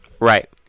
Right